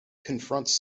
confronts